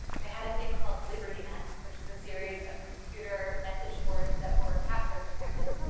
they had a thing called liberty net which is a series of computer message boards that were password protected,